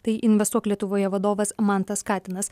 tai investuok lietuvoje vadovas mantas katinas